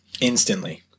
instantly